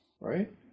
Right